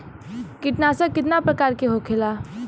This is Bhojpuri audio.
कीटनाशक कितना प्रकार के होखेला?